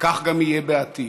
כך יהיה גם בעתיד.